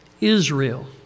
Israel